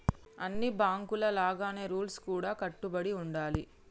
అన్ని బాంకుల లాగానే రూల్స్ కు కట్టుబడి ఉండాలి